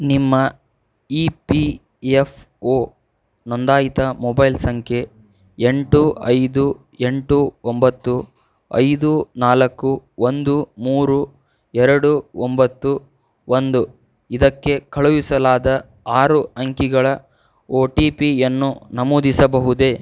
ನಿಮ್ಮಇ P F O ನೊಂದಾಯಿತ mobile ಸಂಖ್ಯೆ ಎಂಟು ಐದು ಎಂಟು ಒಂಬತ್ತು ಐದು ನಾಲ್ಕು ಒಂದು ಮೂರು ಎರಡು ಒಂಬತ್ತು ಒಂದು ಇದಕ್ಕೆ ಕಳುಹಿಸಲಾದ ಆರು ಅಂಕಿಗಳ ಓ ಟಿ ಪಿಯನ್ನು ನಮೂದಿಸಬಹುದೇ